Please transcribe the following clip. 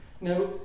Now